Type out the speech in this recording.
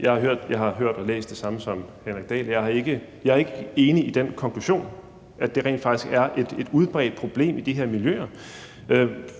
jeg hørt. Jeg har hørt og læst det samme som Henrik Dahl. Jeg er ikke enig i den konklusion, at det rent faktisk er et udbredt problem i de her miljøer. På